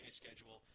schedule